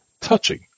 touching